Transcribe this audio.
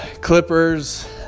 Clippers